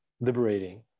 liberating